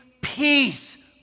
peace